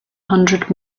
hundred